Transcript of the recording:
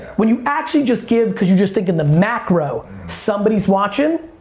when you actually just give cause you're just thinking the macro, somebody's watching?